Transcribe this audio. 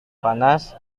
panas